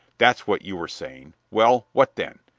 that's what you were saying. well, what then?